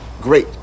great